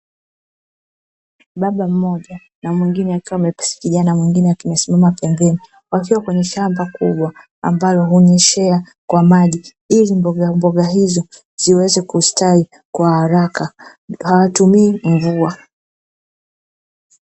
Baba mmoja na mwingine akiwa amekusikia na mwingine tumesimama pembeni, wakiwa kwenye shamba kubwa ambalo hunyeshea kwa maji ili mbogamboga hizo ziweze kustawi kwa haraka hawatumii mvua.